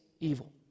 evil